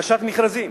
הגשת מכרזים,